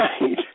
right